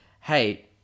hey